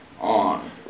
on